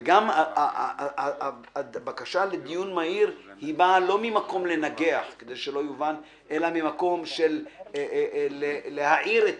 וגם הבקשה לדיון מהיר באה לא מתוך רצון לנגח אלא ממקום של להעיר את